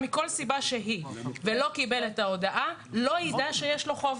מכל סיבה שהיא לא קיבל את ההודעה לא ידע שיש לו חוב.